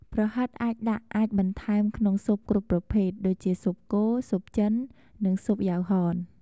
ប្រហិតអាចដាក់ អាចបន្ថែមក្នុងស៊ុបគ្រប់ប្រភេទ ដូចជាស៊ុបគោ ស៊ុបចិន និងស៊ុបយ៉ាវហន។